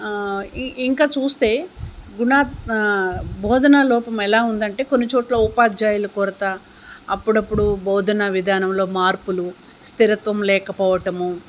ఇంకా చూస్తే గుణ బోధన లోపం ఎలా ఉంది అంటే కొన్నిచోట్ల ఉపాధ్యాయులు కొరత అప్పుడప్పుడు బోధన విధానంలో మార్పులు స్థిరత్వం లేకపోవటము